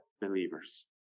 believers